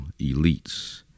elites